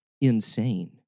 insane